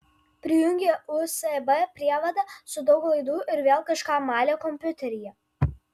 prijungė usb prievadą su daug laidų ir vėl kažką malė kompiuteryje